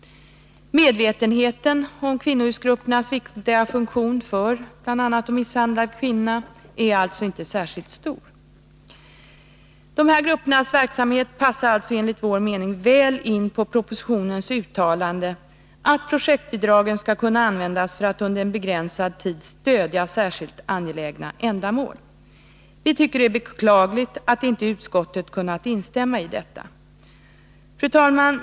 Medvetenheten om kvinnohusgruppernas viktiga funktion för bl.a. misshandlade kvinnor är alltså inte särskilt stor. Dessa gruppers verksamhet passar alltså enligt vår mening väl in på propositionens uttalande att projektbidragen skall kunna användas för att 133 under en begränsad tid stödja särskilt angelägna ändamål. Vi tycker att det är beklagligt att utskottet inte kunnat instämma i detta. Fru talman!